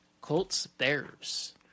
Colts-Bears